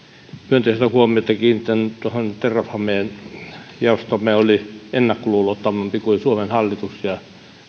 myönteistä huomiota kiinnitän tuohon terrafameen jaostomme oli ennakkoluulottomampi kuin suomen hallitus ja